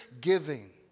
giving